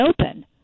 open